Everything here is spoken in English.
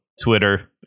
Twitter